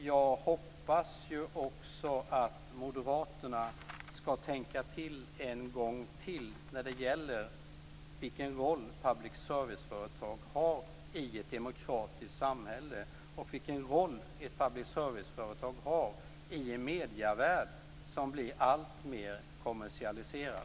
Jag hoppas också att moderaterna skall tänka till ytterligare en gång när det gäller vilken roll public service-företagen har i ett demokratiskt samhälle och vilken roll public serviceföretag har i en medievärld som blir alltmer kommersialiserad.